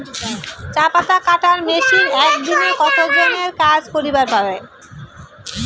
চা পাতা কাটার মেশিন এক দিনে কতজন এর কাজ করিবার পারে?